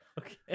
Okay